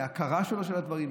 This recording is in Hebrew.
מהכרה שלו של הדברים,